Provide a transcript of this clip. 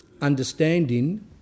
understanding